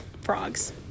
frogs